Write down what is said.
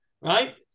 right